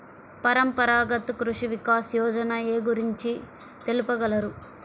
పరంపరాగత్ కృషి వికాస్ యోజన ఏ గురించి తెలుపగలరు?